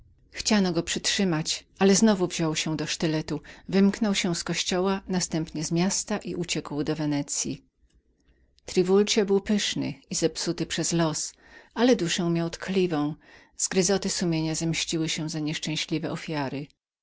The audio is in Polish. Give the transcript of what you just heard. sztyletem chciano go przytrzymać ale znowu wziął się do sztyletu wymknął się z kościoła następnie z miasta i uciekł do wenecyi triwuld był pyszny i zepsuty przez los ale duszę miał tkliwą zgryzoty sumienia zemściły się za nieszczęśliwe ofiary